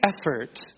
effort